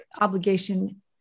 obligation